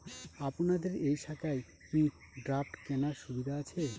আপনাদের এই শাখায় কি ড্রাফট কেনার সুবিধা আছে?